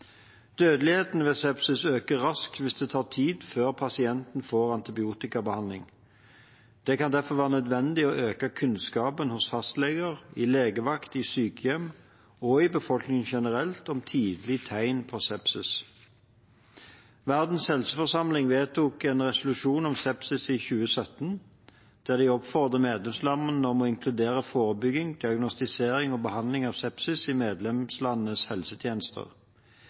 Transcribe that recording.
Dødeligheten ved sepsis øker raskt hvis det tar tid før pasienten får antibiotikabehandling. Det kan derfor være nødvendig å øke kunnskapen hos fastleger, i legevakt, i sykehjem og i befolkningen generelt om tidlige tegn på sepsis. Verdens helseforsamling vedtok en resolusjon om sepsis i 2017, der de oppfordrer medlemslandene til å inkludere forebygging, diagnostisering og behandling av sepsis i medlemslandenes helsetjenester.